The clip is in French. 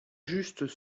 just